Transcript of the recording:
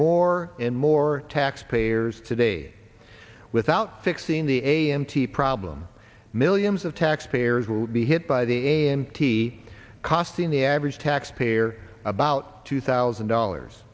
more and more taxpayers today without fixing the a m t problem millions of taxpayers will be hit by the a m t costing the average taxpayer about two thousand dollars